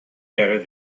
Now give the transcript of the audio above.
better